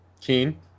Keen